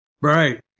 Right